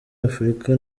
afurika